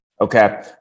Okay